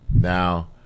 Now